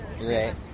right